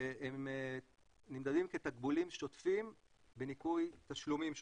והם נמדדים כתקבולים שוטפים בניכוי תשלומים שוטפים.